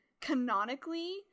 canonically